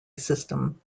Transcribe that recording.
system